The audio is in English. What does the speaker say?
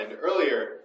earlier